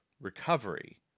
recovery